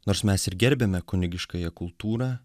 nors mes ir gerbiame kunigiškąją kultūrą